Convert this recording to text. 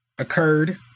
occurred